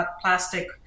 plastic